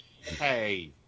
hey